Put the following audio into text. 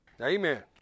Amen